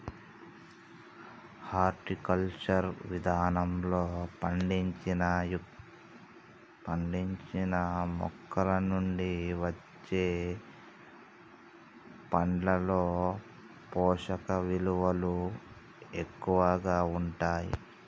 horticulture విధానంలో పండించిన మొక్కలనుండి వచ్చే పండ్లలో పోషకవిలువలు ఎక్కువగా ఉంటాయి